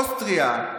אוסטריה,